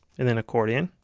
and then accordion.